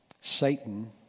Satan